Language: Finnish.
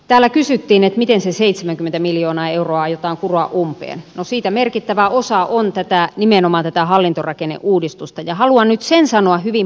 täällä kysyttiin miten se seitsemänkymmentä miljoonaa euroa aiotaan kuroa umpeen siitä merkittävä osa on teettää nimenomaan tätä hallintorakenneuudistusta ja haluan yksin sanoa hyvin